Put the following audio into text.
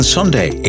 Sunday